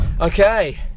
okay